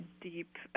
deep